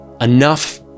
enough